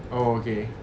oh okay